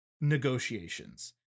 negotiations